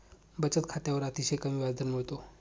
बचत खात्यावर अतिशय कमी व्याजदर मिळतो